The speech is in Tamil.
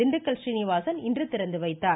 திண்டுக்கல் சீனிவாசன் இன்று திறந்துவைத்தார்